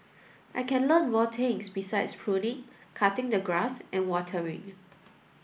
I can learn more things besides pruning cutting the grass and watering